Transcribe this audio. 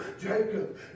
Jacob